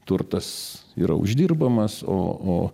turtas yra uždirbamas o o